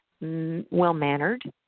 well-mannered